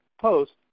Post